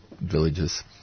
villages